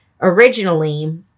originally